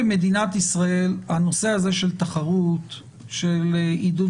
במדינת ישראל הנושא של תחרות ושל עידוד